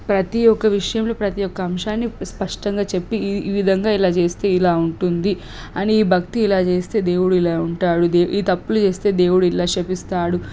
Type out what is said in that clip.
ప్రతి ఒక విషయంలో ప్రతి ఒక అంశాన్ని స్పష్టంగా చెప్పి ఈ ఈ విధంగా ఇలా చేస్తే ఇలా ఉంటుంది అని భక్తి ఇలా చేస్తే దేవుడు ఇలా ఉంటాడు ఈ తప్పులు చేస్తే దేవుడు ఇలా శపిస్తాడు